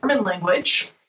language